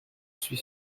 suis